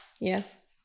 Yes